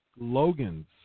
Logan's